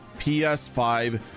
PS5